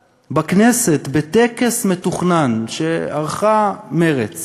בכנסת, בטקס מתוכנן שערכה מרצ